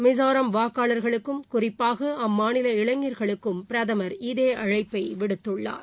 மிசோராம் வாக்காளர்களுக்கும் குறிப்பாக அம்மாநில இளைஞர்களுக்கும் பிரதமர் இதேபோன்ற அழைப்பை விடுத்துள்ளார்